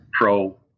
pro